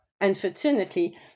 Unfortunately